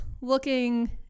looking